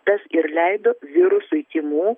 tas ir leido virusui tymų